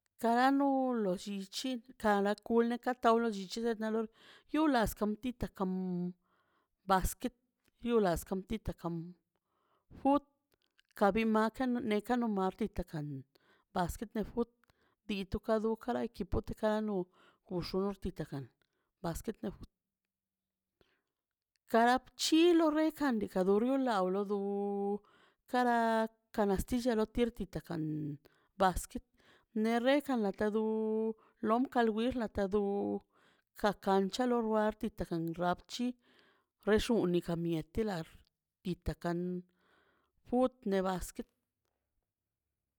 Kara no lo llichi lo llichit na loi ka mietukan la nola yulas kantita (unintenllgible) kam kamie kula yuolasmita kan xnadika palota lotarbien loi ru rudialas nadika ben niaka lan lania lota na nie la xgonbol tanto karamb do karan ku nila diorax tan llita ka nichan nie dun tukalastie chitan karxi nadika una basquet bol basquet bol loi latan xkwan loi rekan to ente ne to partido niakwa ka le toxub tita kan xna' diika' futbol lei no no tu titan kanela kara noxa rir karan dixan rixan ronasaren ia lo den ka lo llichicha na gono ka lollichi kano denkan tu llichi chotakan partido ma dinax di kala ta pues rakan divertido ar fut ne basquet